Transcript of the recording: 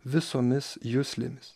visomis juslėmis